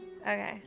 Okay